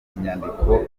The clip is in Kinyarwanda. matongo